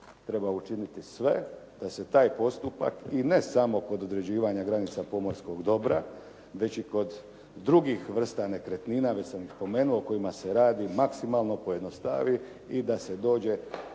Treba učiniti sve da se taj postupak i ne samo kod određivanja granica pomorskog dobra već i kod drugih vrsta nekretnina već sam ih spomenuo, o kojima se radi maksimalno pojednostavi i da se dođe